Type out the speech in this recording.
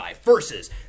versus